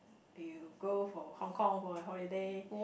do you go for Hong-Kong for your holiday